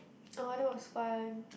oh that was fun